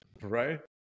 right